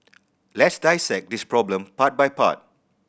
let's dissect this problem part by part